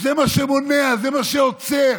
זה מה שעוצר,